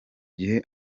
gihe